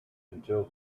until